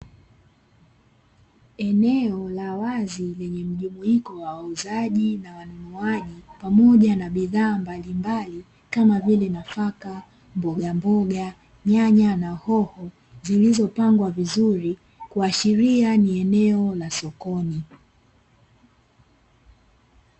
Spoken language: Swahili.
Eneo la wazi lenye mjumuiko wa wauzaji na wanunuaji pamoja na bidhaa mbalimbali kama vile: nafaka, mbogamboga, nyanya na hoho zilizopangwa vizuri kuashiria ni eneo la sokoni.